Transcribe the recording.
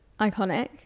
iconic